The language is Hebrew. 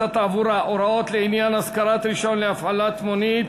התעבורה (הוראות לעניין השכרת רישיון להפעלת מונית),